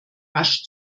rasch